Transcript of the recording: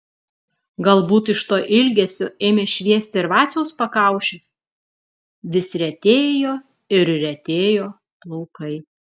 galbūt iš to ilgesio ėmė šviesti ir vaciaus pakaušis vis retėjo ir retėjo plaukai